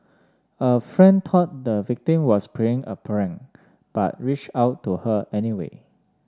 a friend thought the victim was playing a prank but reached out to her anyway